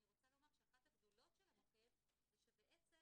אני רוצה לומר שאחת הגדולות של המוקד זה שבעצם